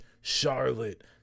Charlotte